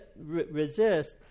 resist